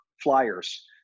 flyers